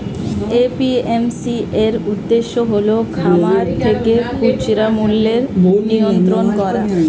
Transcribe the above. APMC এর উদ্দেশ্য হল খামার থেকে খুচরা মূল্যের নিয়ন্ত্রণ করা